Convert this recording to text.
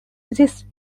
this